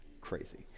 Crazy